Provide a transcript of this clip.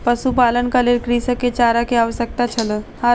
पशुपालनक लेल कृषक के चारा के आवश्यकता छल